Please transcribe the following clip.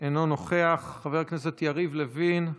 אינו נוכח, חבר הכנסת יריב לוין,